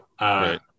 right